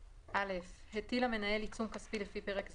פרסום64.(א) הטיל המנהל עיצום כספי לפי פרק זה,